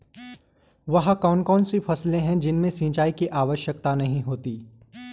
वह कौन कौन सी फसलें हैं जिनमें सिंचाई की आवश्यकता नहीं है?